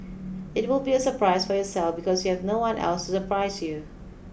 it will be a surprise for yourself because you have no one else to surprise you